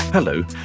Hello